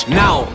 now